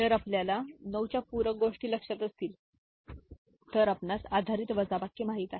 जर आपल्याला 9 च्या पूरक गोष्टी लक्षात असतील तर आपणास आधारित वजाबाकी माहित आहे